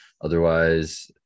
otherwise